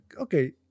okay